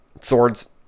Swords